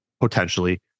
potentially